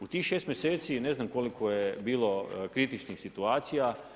U tih šest mjeseci ne znam koliko je bilo kritičnih situacija.